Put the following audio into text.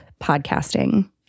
podcasting